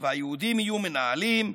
והיהודים יהיו מנהלים,